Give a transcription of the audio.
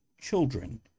children